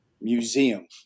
museum